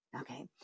Okay